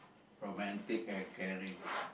romantic and caring